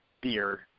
beer